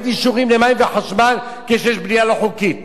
אישורים למים וחשמל כשיש בנייה לא חוקית.